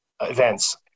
events